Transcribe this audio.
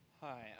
Hi